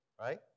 right